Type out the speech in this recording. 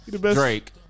Drake